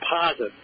positive